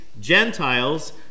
Gentiles